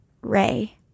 Ray